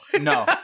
No